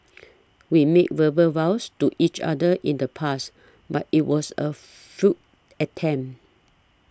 we made verbal vows to each other in the past but it was a futile attempt